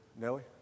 Nellie